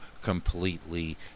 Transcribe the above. completely